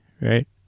right